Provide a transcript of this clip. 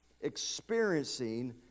experiencing